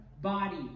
body